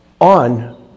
on